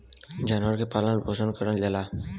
जानवरन के पालन पोसन करल जाला